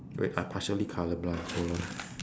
wait I partially colour blind hold on